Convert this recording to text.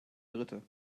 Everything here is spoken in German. dritte